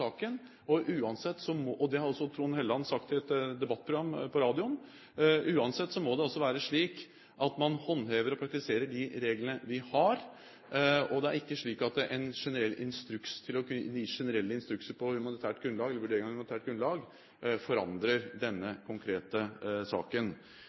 saken, og det har også Trond Helleland sagt i et debattprogram på radioen. Uansett må det være slik at man håndhever og praktiserer de reglene vi har. Og det er ikke slik at generelle instrukser om vurdering av humanitært grunnlag forandrer denne konkrete saken. Det